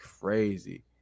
crazy